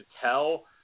tell